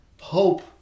hope